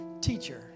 Teacher